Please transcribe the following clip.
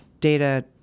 data